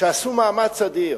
שעשו מאמץ אדיר